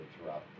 throughout